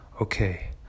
okay